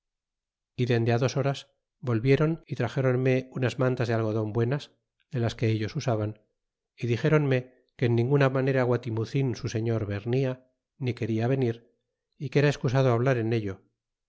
e dende dos horas volvieron y trajeronene unas man tas de aigodon buenas de las que ellos usaban y dijéronme a que en ninguna manera guatimucin su señor vernia ni quena venir y que era escusado hablar en ello